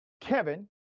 Kevin